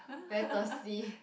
very thirsty